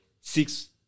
six